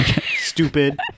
stupid